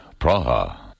Praha